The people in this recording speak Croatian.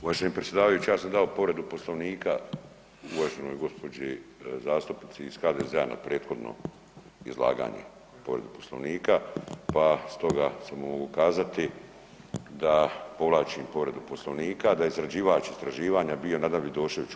Uvaženi predsjedavajući ja sam dao povredu Poslovnika uvaženoj gospođi zastupnici iz HDZ-a na prethodno izlaganje povredu Poslovnika, pa stoga samo mogu kazati da povlačim povredu Poslovnika da je izrađivač istraživanja bio Nadan Vidošević.